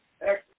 Excellent